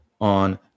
on